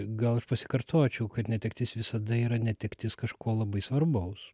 gal aš pasikartočiau kad netektis visada yra netektis kažko labai svarbaus